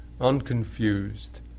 unconfused